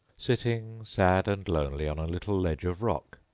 sitting sad and lonely on a little ledge of rock,